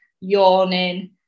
yawning